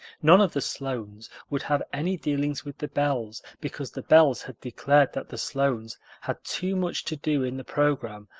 none of the sloanes would have any dealings with the bells, because the bells had declared that the sloanes had too much to do in the program,